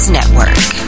Network